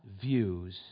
views